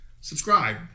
Subscribe